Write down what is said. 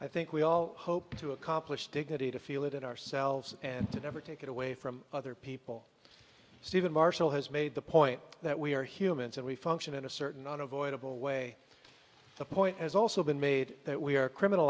i think we all hope to accomplish dignity to feel it in ourselves and to never take it away from other people steven marshall has made the point that we are humans and we function in a certain unavoidable way the point has also been made that we are criminal